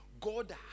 God